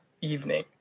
evening